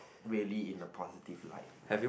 really in the positive like but